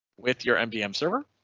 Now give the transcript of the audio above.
with your mdm server.